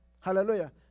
Hallelujah